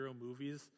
movies